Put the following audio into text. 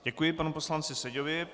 Děkuji panu poslanci Seďovi.